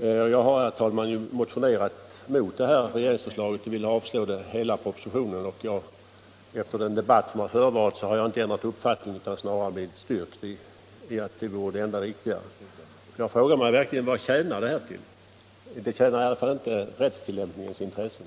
Jag har, herr talman, motionerat mot detta och jag vill avslå hela propositionen. Efter den debatt som förevarit har jag inte ändrat uppfattning, utan snarare blivit styrkt i att det vore det enda riktiga. Jag frågar mig verkligen vad förslaget tjänar till? Det ligger i varje fall inte i rättstillämpningens intresse.